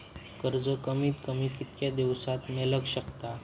कर्ज कमीत कमी कितक्या दिवसात मेलक शकता?